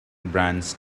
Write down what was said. brands